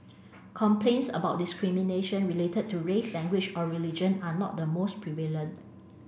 complaints about discrimination related to race language or religion are not the most prevalent